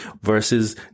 Versus